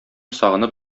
сагынып